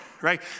right